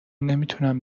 نمیتونم